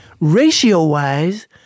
ratio-wise